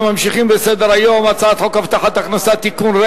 אנחנו ממשיכים בסדר-היום: הצעת חוק הבטחת הכנסה (תיקון,